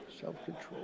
Self-control